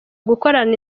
gukorana